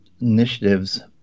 initiatives